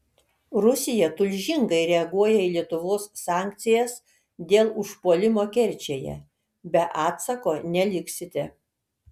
rusija tulžingai reaguoja į lietuvos sankcijas dėl užpuolimo kerčėje be atsako neliksite